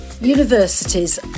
universities